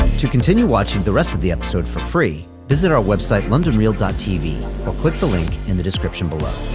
to continue watching the rest of the episode for free visit our website london real tv or click the link in the description below